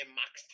max